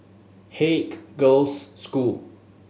Haig Girls' School